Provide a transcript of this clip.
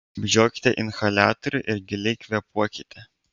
apžiokite inhaliatorių ir giliai kvėpuokite